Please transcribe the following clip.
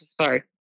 sorry